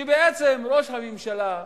שראש הממשלה,